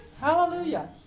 Hallelujah